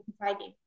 providing